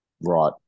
right